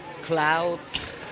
clouds